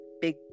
big